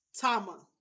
Tama